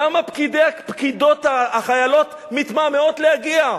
למה הפקידות, החיילות מתמהמהות להגיע?